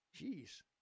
Jeez